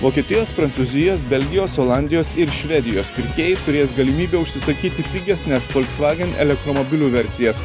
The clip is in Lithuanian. vokietijos prancūzijos belgijos olandijos ir švedijos pirkėjai turės galimybę užsisakyti pigesnes folksvagen elektromobilių versijas